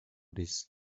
this